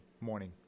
morning